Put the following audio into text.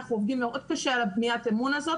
אנחנו עובדים מאוד קשה על בניית האמון הזאת